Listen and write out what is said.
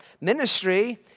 Ministry